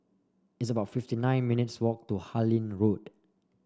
it's about fifty nine minutes' walk to Harlyn Road